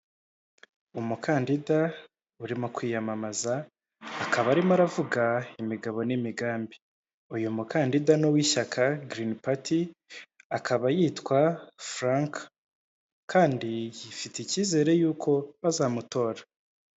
Umukandida urimo kwiyamamaza akaba arimo aravuga imigabo n'imigambi. Uyu mukandida ni uw'ishyaka Girini pati akaba yitwa Frank kandi yifitiye icyizere y'uko bazamutora.